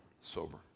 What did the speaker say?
Sober